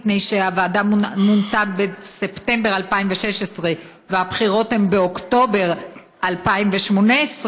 מפני שהוועדה מונתה בספטמבר 2016 והבחירות הן באוקטובר 2018,